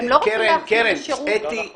הם לא רוצים --- לא נכון.